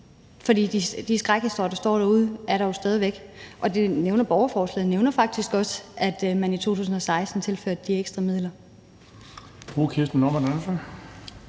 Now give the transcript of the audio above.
for de skrækhistorier, der er derude, er der jo stadig væk. Borgerforslaget nævner faktisk også, at man i 2016 tilførte de ekstra midler.